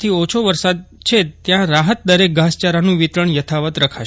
થી ઓછો વરસાદ છે ત્યાં રાહેત દરે ઘાસચારાનું વિતરષ્ઠ યથાવત રખાશે